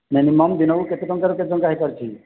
minimum ଦିନକୁ କେତେ ଟଙ୍କାରୁ କେତେ ଟଙ୍କା ହେଇପାରୁଛି